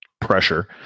pressure